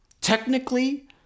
Technically